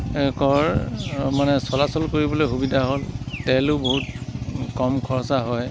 এইবিলাকৰ মানে চলাচল কৰিবলৈ সুবিধা হ'ল তেলো বহুত কম খৰছা হয়